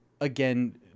again –